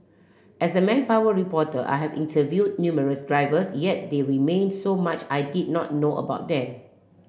as a manpower reporter I have interviewed numerous drivers yet there remained so much I did not know about them